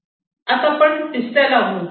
आता आपण तिसऱ्याला मुव्ह होऊ